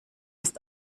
ist